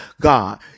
god